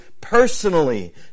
personally